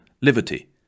liberty